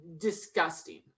disgusting